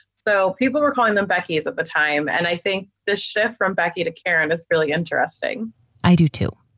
so people were calling them becky is at the time. and i think this shift from becky to karen is really interesting i do, too.